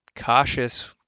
cautious